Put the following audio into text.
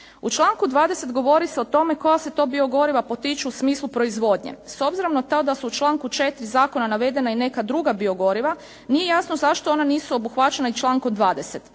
U članku 20. govori se o tome koja se to biogoriva potiču u smislu proizvodnje. S obzirom na to da su u članku 4. zakona navedena i neka druga biogoriva, nije jasno zašto ona nisu obuhvaćena i člankom 20.